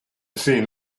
seen